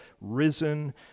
risen